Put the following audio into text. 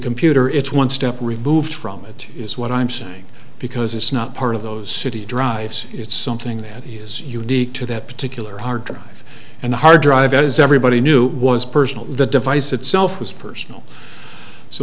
computer it's one step removed from it is what i'm saying because it's not part of those city drives it's something that is unique to that particular hard to have and the hard drive as everybody knew was personal the device itself was personal so